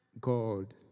God